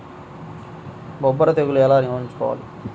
బొబ్బర తెగులు ఎలా నివారించాలి?